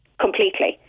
completely